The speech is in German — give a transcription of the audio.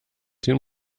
dem